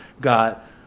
got